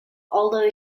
although